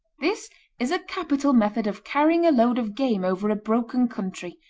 this is a capital method of carrying a load of game over a broken country,